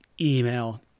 email